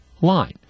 line